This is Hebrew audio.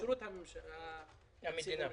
בשירות המדינה.